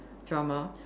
drama